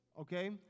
Okay